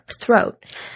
throat